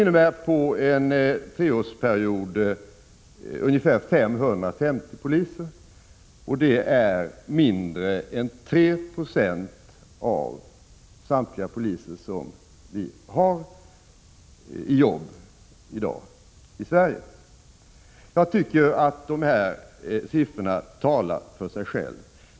Jo, på en treårsperiod innebär de ca 550 poliser, och detta är mindre än 3 6 av samtliga poliser som arbetar i Sverige. Jag tycker att de här siffrorna talar för sig själva.